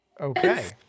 Okay